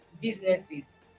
businesses